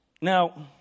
Now